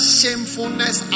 shamefulness